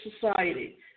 society